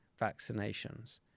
vaccinations